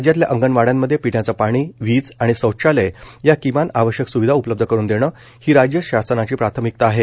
राज्यातल्या अंगणवाड्यांमध्ये पिण्याच पाणी वीज आणि शौचालय या किमान आवश्यक सुविधा उपलब्ध करून देण ही राज्य शासनाची प्राथमिकता आहे